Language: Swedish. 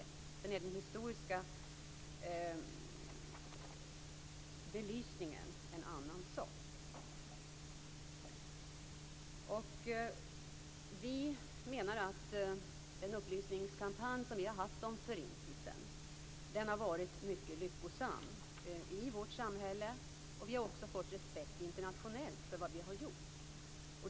Sedan är den historiska belysningen en annan sak. Vi menar att den upplysningskampanj som vi har haft om Förintelsen har varit mycket lyckosam i vårt samhälle, och vi har också fått respekt internationellt för vad vi har gjort.